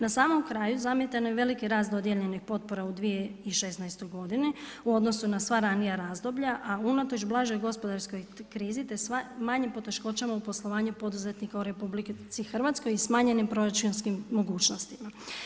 Na samom kraju zamjetan je veliki rast dodijeljenih potpora u 2016. godini u odnosu na sva ranija razdoblja a unatoč blažoj gospodarskoj krizi te sve manjim poteškoćama u poslovanju poduzetnika u RH i smanjenim proračunskim mogućnostima.